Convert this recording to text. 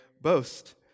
boast